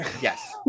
Yes